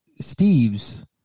Steve's